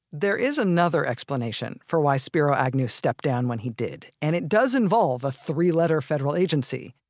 there is another explanation for why spiro agnew stepped down when he did. and it does involve a three-letter federal agency,